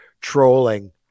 trolling